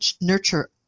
nurture